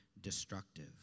destructive